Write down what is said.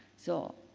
so,